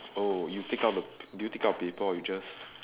oh you take out the did you take out paper or you just